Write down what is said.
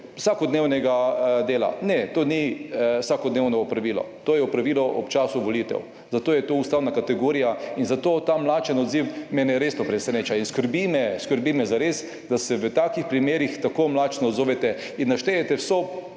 (nadaljevanje) Ne, to ni vsakodnevno opravilo. To je opravilo v času volitev, zato je to ustavna kategorija in zato ta mlačen odziv, mene res to preseneča in skrbi me, skrbi me zares, da se v takih primerih tako mlačno odzovete in naštejete vso